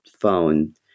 phone